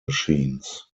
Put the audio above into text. machines